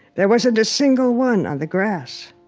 there wasn't a single one on the grass.